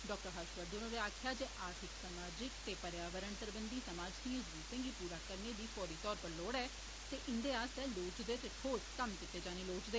doctor Harsh Vardhan होरें आक्खेआ जे आर्थिक समाजिक ते पर्यावरण सरबंघी समाज दिएं जरुरतें गी पूरा करने दी फौरी तौर उप्पर लोड़ ऐ ते इन्दे आस्तै लोड़चदे ते ठोस कम्म कीते जाने लोड़चदे